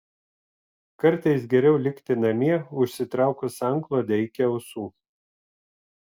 kartais geriau likti namie užsitraukus antklodę iki ausų